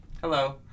Hello